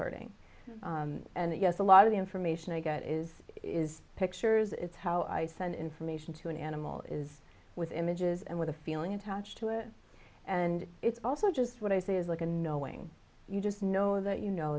hurting and yes a lot of the information i get is is pictures is how i send information to an animal is with images and with a feeling attached to it and it's also just what i say is like and knowing you just know that you know